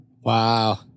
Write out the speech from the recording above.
Wow